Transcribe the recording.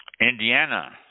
Indiana